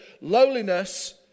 lowliness